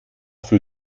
für